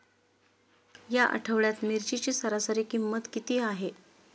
या आठवड्यात मिरचीची सरासरी किंमत किती आहे?